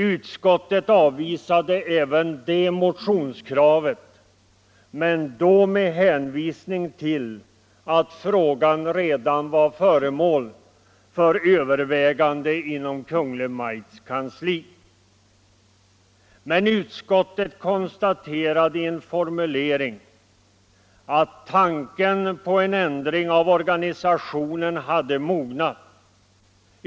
Utskottet avvisade även det motionskravet, men då med hänvisning till att frågan redan var föremål för övervägande inom Kungl. Maj:ts kansli. Utskottet konstaterade emellertid i en formulering att tanken på en ändring av organisationen hade mognat.